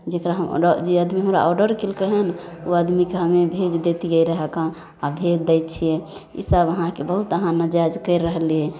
जकरा हम ऑडर जे आदमी हमरा ऑडर केलकै हन ओ आदमीके हम भेज देतिए रहैके आब भेज दै छिए ईसब अहाँके बहुत अहाँ नाजायज करि रहलिए